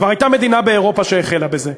כבר הייתה מדינה באירופה שהחלה בזה.